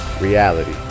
reality